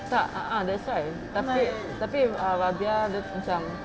tak a'ah that's why tapi tapi radiah dia macam